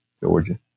Georgia